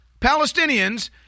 Palestinians